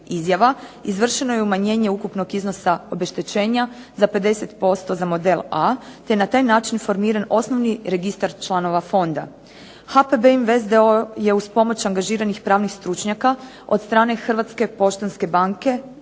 izjava izvršeno je umanjenje ukupnog iznosa obeštećenja za 50% za model A, te na taj način formiran osnovi registar članova fonda. HPB Invest d.o.o. je uz pomoć angažiranih pravnih stručnjaka od strane Hrvatska poštanske banke